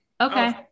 okay